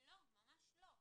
ממש לא.